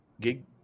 gig